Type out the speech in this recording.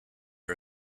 are